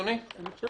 אני חושב